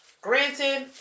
granted